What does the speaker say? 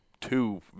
two